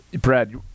Brad